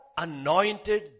Anointed